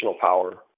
power